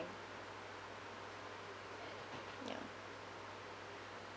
ya